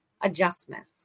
adjustments